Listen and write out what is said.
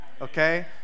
okay